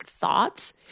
thoughts